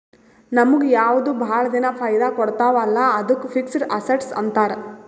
ನಮುಗ್ ಯಾವ್ದು ಭಾಳ ದಿನಾ ಫೈದಾ ಕೊಡ್ತಾವ ಅಲ್ಲಾ ಅದ್ದುಕ್ ಫಿಕ್ಸಡ್ ಅಸಸ್ಟ್ಸ್ ಅಂತಾರ್